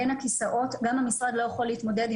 הסביבה ואת האנשים שעובדים מול הרשות ומולי במשך